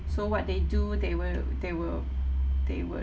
so what they do they will they will they would